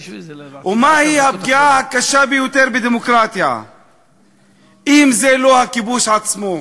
ומהי הפגיעה הקשה ביותר בדמוקרטיה אם זה לא הכיבוש עצמו?